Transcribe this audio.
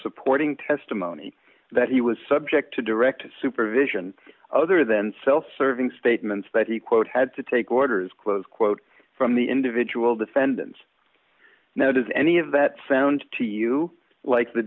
supporting testimony that he was subject to direct supervision other than self serving statements that he quote had to take orders close quote from the individual defendant now does any of that sound to you like the